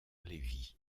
levi